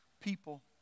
people